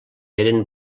eren